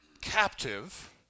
captive